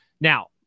Now